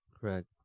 Correct